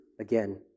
again